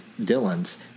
Dylan's